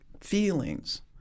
feelings